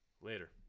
Later